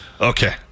Okay